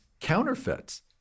counterfeits